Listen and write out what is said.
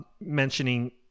mentioning